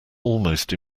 almost